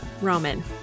roman